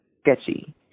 sketchy